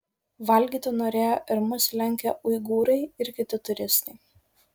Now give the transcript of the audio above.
valgyti norėjo ir mus lenkę uigūrai ir kiti turistai